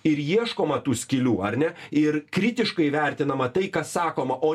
ir ieškoma tų skylių ar ne ir kritiškai vertinama tai kas sakoma o